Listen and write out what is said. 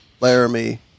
Laramie